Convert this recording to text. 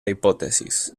hipótesis